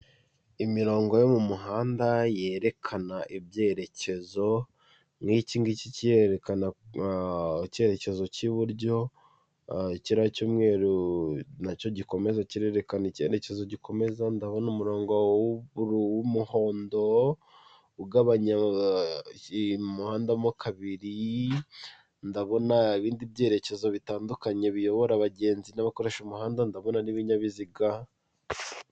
Imirongo yo mu muhanda yerekana ibyerekezo nk'ikingiki kirerekana icyerekezo cy'iburyo, kiriya cy'umweru nacyo gikomeza kirerekana icyerekezo gikomeza, ndabona umurongo w'umuhondo ugabanya umuhanda mo kabiri, ndabona ibindi byerekezo bitandukanye biyobora abagenzi n'abakoresha umuhanda, ndabona n'ibinyabiziga.